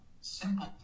Simple